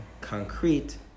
concrete